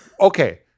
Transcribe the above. okay